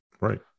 Right